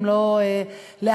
אם לא להכפיל,